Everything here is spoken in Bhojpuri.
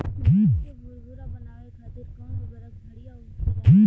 मिट्टी के भूरभूरा बनावे खातिर कवन उर्वरक भड़िया होखेला?